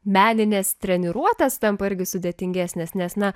meninės treniruotės tampa irgi sudėtingesnės nes na